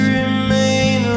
remain